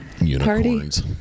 Unicorns